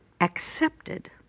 accepted